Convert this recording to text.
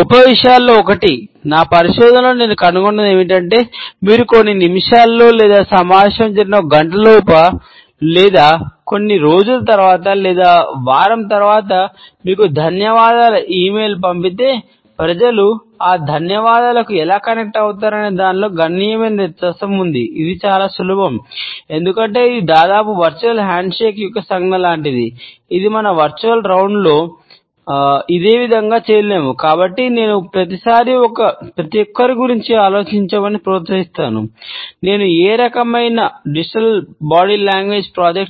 గొప్ప విషయాలలో ఒకటి నా పరిశోధనలో నేను కనుగొన్నది ఏమిటంటే మీరు కొన్ని నిమిషాలలో లేదా సమావేశం జరిగిన ఒక గంటలోపు లేదా కొన్ని రోజుల తరువాత లేదా వారం తరువాత మీకు ధన్యవాదాల ఇ మెయిల్ లో నేను స్పష్టంగా ఉన్నానని మరియు తప్పుగా అర్ధం